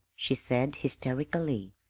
she said hysterically.